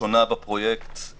לראשונה בפרויקט את